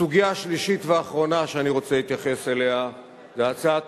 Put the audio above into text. הסוגיה השלישית והאחרונה שאני רוצה להתייחס אליה זה הצעת